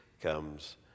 comes